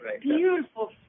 beautiful